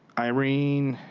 irene